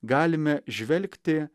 galime žvelgti